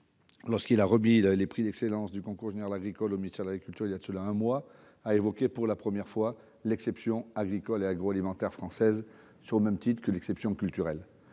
lors de la remise des prix d'excellence du concours général agricole au ministère de l'agriculture, il y a un mois, a parlé pour la première fois de l'« exception agricole et agroalimentaire française », au même titre que nous parlons d'exception culturelle.